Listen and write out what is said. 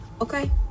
Okay